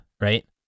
right